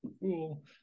cool